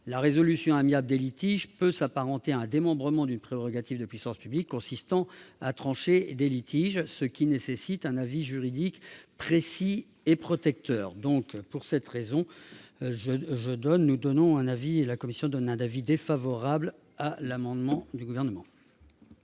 La résolution amiable des litiges peut s'apparenter à un démembrement d'une prérogative de puissance publique consistant à trancher des litiges, ce qui nécessite un cadre juridique précis et protecteur. Pour cette raison, la commission émet un avis défavorable sur cet amendement.